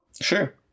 sure